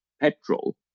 petrol